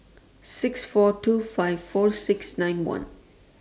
six four two five four six nine one